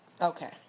Okay